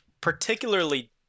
particularly